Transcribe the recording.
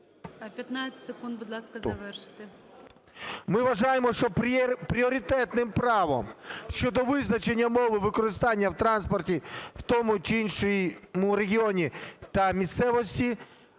Ми вважаємо, що пріоритетним правом щодо визначення мови використання в транспорті в тому чи іншому регіоні та місцевості